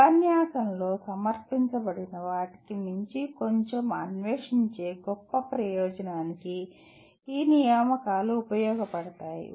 ఉపన్యాసంలో సమర్పించబడిన వాటికి మించి కొంచెం అన్వేషించే గొప్ప ప్రయోజనానికి ఈ నియామకాలు ఉపయోగపడతాయి